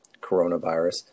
coronavirus